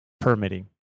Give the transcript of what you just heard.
permitting